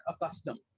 accustomed